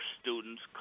students